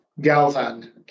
Galvan